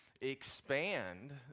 expand